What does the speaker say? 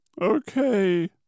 Okay